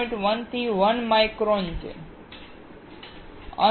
1 થી 1 માઈક્રોન છે